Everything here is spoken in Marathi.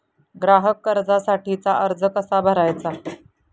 ग्राहक कर्जासाठीचा अर्ज कसा भरायचा?